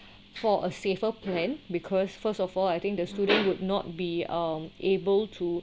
for a safer plan because first of all I think the students would not be um able to